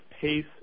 pace